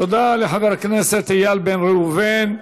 תודה לחבר הכנסת איל בן ראובן.